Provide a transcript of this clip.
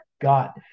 got